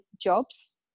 jobs